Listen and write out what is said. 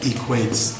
equates